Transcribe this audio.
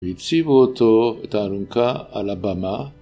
והציבו אותו, את האלונקה, על הבמה